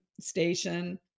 station